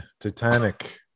titanic